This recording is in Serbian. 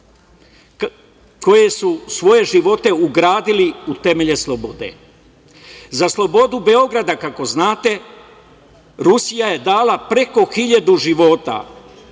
koji su svoje živote ugradili u temelje slobode. Za slobodu Beograda, kako znate, Rusija je dala preko hiljadu života.